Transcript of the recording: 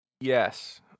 Yes